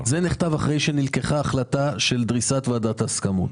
אחרי שנתקבלה החלטה על דריסת ועדת ההסכמות.